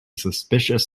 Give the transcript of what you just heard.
suspicious